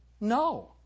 No